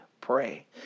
pray